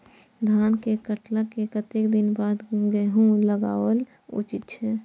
धान के काटला के कतेक दिन बाद गैहूं लागाओल उचित छे?